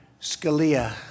Scalia